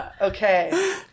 Okay